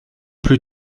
plus